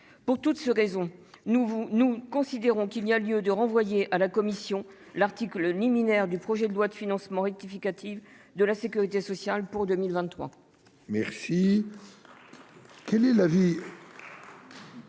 Pour toutes ces raisons, nous vous nous considérons qu'il y a lieu de renvoyer à la commission l'article liminaire du projet de loi de financement rectificative de la Sécurité sociale pour 2023.